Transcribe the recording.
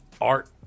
Art